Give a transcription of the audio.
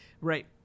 right